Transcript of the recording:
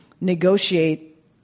negotiate